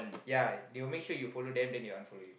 ya they will make sure you follow them then they will unfollow you